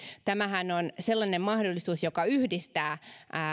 tämähän on sellainen mahdollisuus joka yhdistää